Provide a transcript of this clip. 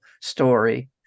story